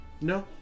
No